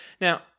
Now